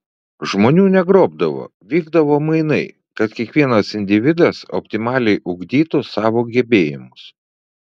žmonių negrobdavo vykdavo mainai kad kiekvienas individas optimaliai ugdytų savo gebėjimus